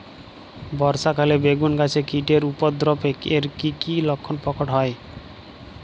বর্ষা কালে বেগুন গাছে কীটের উপদ্রবে এর কী কী লক্ষণ প্রকট হয়?